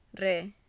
re